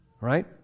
Right